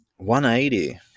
180